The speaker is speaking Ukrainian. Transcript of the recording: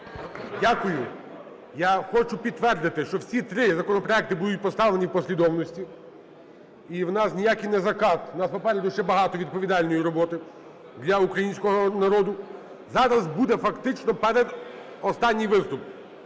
Дякую. Я хочу підтвердити, що всі три законопроекти будуть поставлені в послідовності. І в нас ніякий не закат, в нас попереду ще багато відповідальної роботи для українського народу. Зараз буде фактично передостанній виступ.